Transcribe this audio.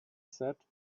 sat